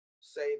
say